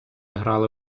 грали